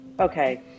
Okay